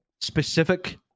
specific